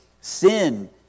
Sin